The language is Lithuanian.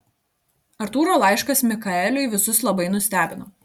artūro laiškas mikaeliui visus labai nustebino